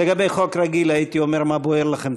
לגבי חוק רגיל הייתי אומר: מה בוער לכם,